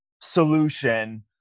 solution